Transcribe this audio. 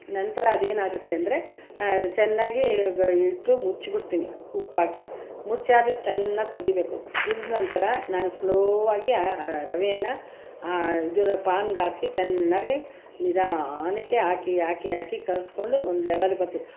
ನಂತರ ಅದೇನಾಗುತ್ತೆ ಅಂದರೆ ಚೆನ್ನಾಗಿ ಗ ಇಟ್ಟು ಮುಚ್ಬಿಡ್ತೀನಿ ಉಪ್ಪಾಕಿ ಮುಚ್ಚಾದ್ಮೇಲೆ ಚೆನ್ನಾಗಿ ಕುದಿಬೇಕು ಕುದ್ದಿದ ನಂತರ ನಾನು ಸ್ಲೋ ಆಗಿ ಆ ರವೆಯನ್ನು ಆ ಇದರ ಪಾನಿಗಾಕಿ ಚೆನ್ನಾಗಿ ನಿಧಾನಕ್ಕೆ ಹಾಕಿ ಹಾಕಿ ಹಾಕಿ ಕಲಸ್ಕೊಂಡು ಒಂದು ಲೆವೆಲ್ಲಿಗೆ ಬತ್ತದೆ